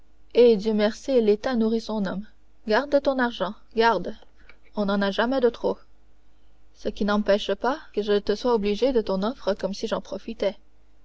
et dieu merci l'état nourrit son homme garde ton argent garde on n'en a jamais de trop ce qui n'empêche pas que je ne te sois obligé de ton offre comme si j'en profitais